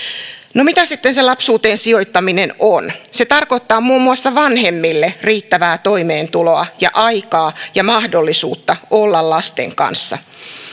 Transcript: no mitä se lapsuuteen sijoittaminen on se tarkoittaa muun muassa vanhemmille riittävää toimeentuloa ja aikaa ja mahdollisuutta olla lasten kanssa